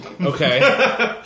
Okay